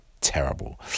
terrible